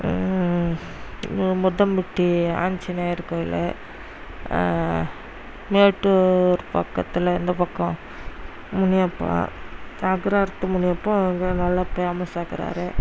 முத்தம் பட்டி ஆஞ்சநேயர் கோயில் மேட்டூர் பக்கத்தில் இந்த பக்கம் முனியப்பா அக்கரஹாரத்து முனியப்பா அங்கே நல்லா பேமஸ்ஸாக இருக்கிறாரு